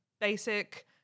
basic –